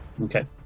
Okay